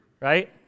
right